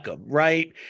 right